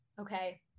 Okay